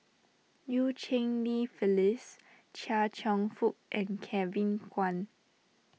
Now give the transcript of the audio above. Eu Cheng Li Phyllis Chia Cheong Fook and Kevin Kwan